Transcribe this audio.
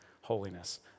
holiness